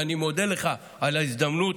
ואני מודה לך על ההזדמנות,